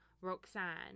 Roxanne